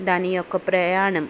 దాని యొక్క ప్రయాణం